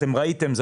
אתם ראיתם,